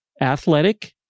athletic